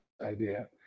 idea